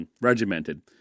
regimented